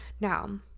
Now